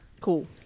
Cool